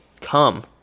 come